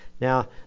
Now